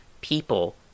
people